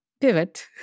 pivot